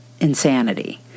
insanity